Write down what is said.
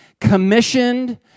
commissioned